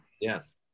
Yes